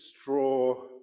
straw